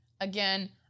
again